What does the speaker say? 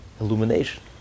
illumination